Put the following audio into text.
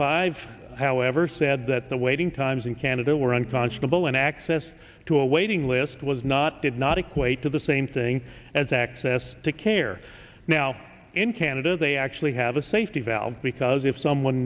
five however said that the waiting times in canada were unconscious level and access to a waiting list was not did not equate to the same thing as access to care now in canada they actually have a safety valve because if someone